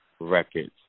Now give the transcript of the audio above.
records